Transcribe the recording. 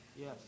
Yes